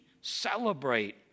celebrate